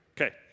Okay